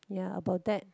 ya about that